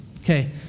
Okay